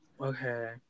Okay